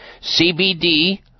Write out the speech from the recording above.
CBD